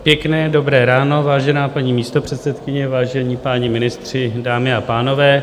Pěkné dobré ráno, vážená paní místopředsedkyně, vážení páni ministři, dámy a pánové.